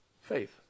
Faith